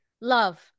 Love